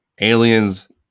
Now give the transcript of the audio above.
Aliens